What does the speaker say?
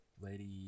Lady